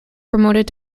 promoted